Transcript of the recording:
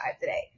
today